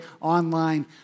online